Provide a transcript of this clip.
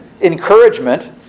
encouragement